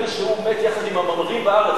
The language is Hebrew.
יגידו שהוא מת יחד עם הממרים בארץ,